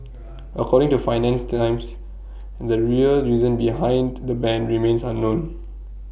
according to finance the times the real reason behind the ban remains unknown